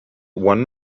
one